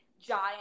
giant